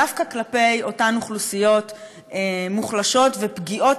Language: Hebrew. דווקא כלפי אותן אוכלוסיות מוחלשות ופגיעות